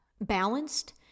balanced